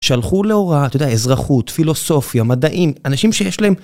שהלכו להוראה, אתה יודע, אזרחות, פילוסופיה, מדעים, אנשים שיש להם...